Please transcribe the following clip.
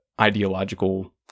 ideological